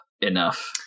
enough